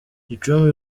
gicumbi